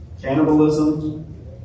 cannibalism